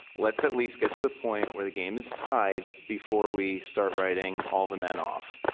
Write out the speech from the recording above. let's at least get to the point where the game is tied before we start writing all the men off.